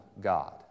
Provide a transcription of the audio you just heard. God